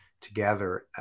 together